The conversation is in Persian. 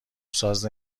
ساز